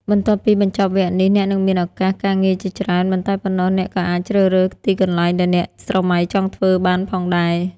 បន្ទាប់ពីបញ្ចប់វគ្គនេះ អ្នកនឹងមានឱកាសការងារជាច្រើន មិនតែប៉ុណ្ណោះអ្នកក៏អាចជ្រើសរើសទីកន្លែងដែលអ្នកស្រមៃចង់ធ្វើបានផងដែរ។